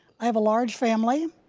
i have a large family.